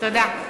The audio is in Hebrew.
תודה.